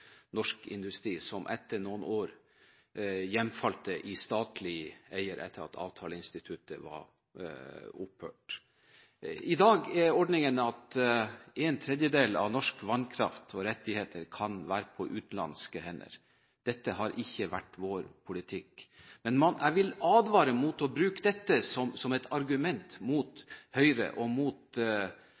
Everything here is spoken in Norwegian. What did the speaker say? norsk industri, som etter noen år hjemfalt i statlig eie etter at avtaleinstituttet var opphørt. I dag er ordningen at en tredjedel av norsk vannkraft – og rettigheter – kan være på utenlandske hender. Dette har ikke vært vår politikk. Jeg vil advare mot å bruke dette som et argument mot Høyre og mot